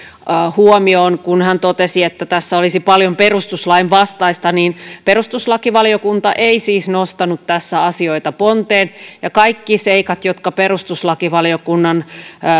huomioon kun hän totesi että tässä olisi paljon perustuslain vastaista perustuslakivaliokunta ei siis nostanut tässä asioita ponteen ja kaikki seikat jotka perustuslakivaliokunnan